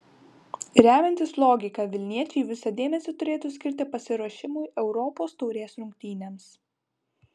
remiantis logika vilniečiai visą dėmesį turėtų skirti pasiruošimui europos taurės rungtynėms